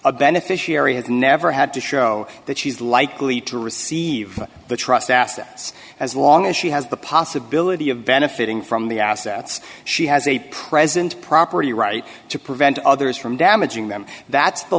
a beneficiary has never had to show that she's likely to receive the trust assets as long as she has the possibility of benefiting from the assets she has a present property right to prevent others from damaging them that's the